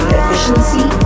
efficiency